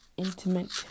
intimate